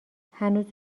هنوز